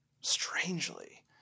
strangely